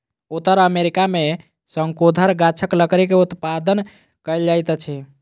उत्तर अमेरिका में शंकुधर गाछक लकड़ी के उत्पादन कायल जाइत अछि